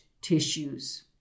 tissues